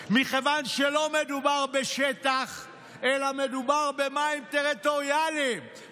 מכיוון שלא מדובר בשטח אלא מדובר במים טריטוריאליים,